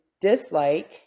dislike